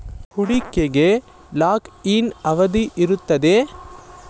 ಹೂಡಿಕೆಗೆ lock in ಅವಧಿ ಇರುತ್ತದೆಯೇ?